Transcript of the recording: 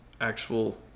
actual